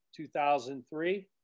2003